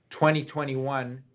2021